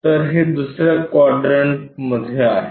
तर हे दुसर्या क्वाड्रंटमध्ये आहे